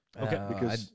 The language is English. Okay